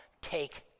take